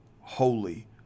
holy